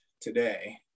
today